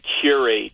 curate